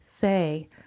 say